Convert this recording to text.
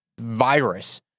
virus